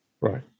Right